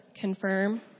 confirm